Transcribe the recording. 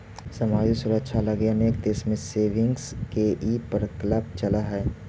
सामाजिक सुरक्षा लगी अनेक देश में सेविंग्स के ई प्रकल्प चलऽ हई